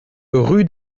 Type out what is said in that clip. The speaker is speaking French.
rue